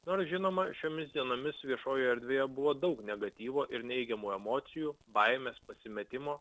nors žinoma šiomis dienomis viešojoje erdvėje buvo daug negatyvo ir neigiamų emocijų baimės pasimetimo